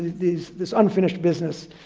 these, this unfinished business,